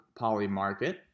Polymarket